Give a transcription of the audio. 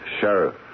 Sheriff